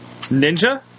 ninja